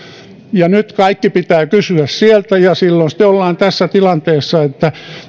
ja nyt kaikki pitää kysyä sieltä ja silloin sitten ollaan tässä tilanteessa että